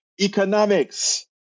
economics